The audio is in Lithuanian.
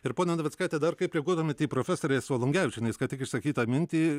ir ponia navickaite dar kaip reaguodamėt į profesorės valungevičienės ką tik išsakytą mintį